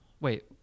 Wait